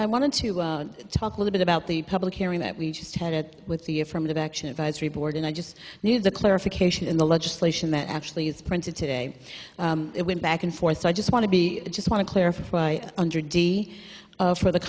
i want to talk a little bit about the public hearing that we just had it with the affirmative action advisory board and i just need the clarification in the legislation that actually is printed today it went back and forth so i just want to be just want to clarify under d for the